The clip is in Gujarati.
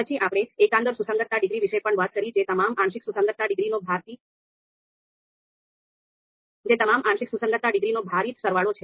પછી આપણે એકંદર સુસંગતતા ડિગ્રી વિશે પણ વાત કરી જે તમામ આંશિક સુસંગતતા ડિગ્રીનો ભારિત સરવાળો છે